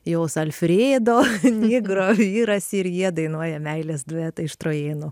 jos alfredo nigro vyras ir jie dainuoja meilės duetą iš trojėnų